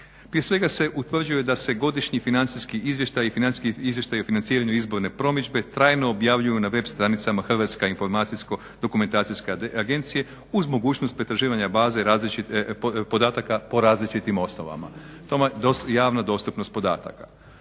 Prije svega se utvrđuje da se godišnji financijski izvještaji, financijski izvještaji o financiranju izborne promidžbe trajno objavljuju na web stranicama Hrvatske informacijsko-dokumentacijske agencije uz mogućnost pretraživanja baze podataka po različitim osnovama. To vam je javna dostupnost podataka.